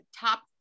top